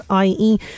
ie